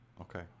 Okay